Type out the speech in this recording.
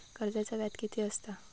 कर्जाचा व्याज कीती असता?